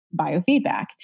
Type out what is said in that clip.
biofeedback